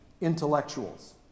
intellectuals